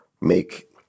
make